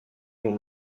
l’ont